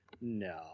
no